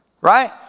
right